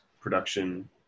Production